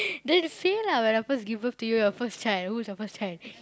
then say lah when I first give birth to you your first child who's your first child